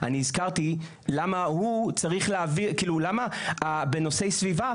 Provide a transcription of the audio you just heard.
אני הזכרתי למה בנושאי סביבה,